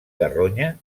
carronya